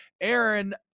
Aaron